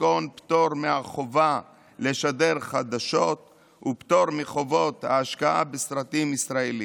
כגון פטור מהחובה לשדר חדשות ופטור מחובות ההשקעה בסרטים ישראליים.